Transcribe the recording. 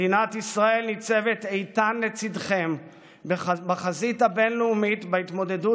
מדינת ישראל ניצבת איתן לצידכם בחזית הבין-לאומית בהתמודדות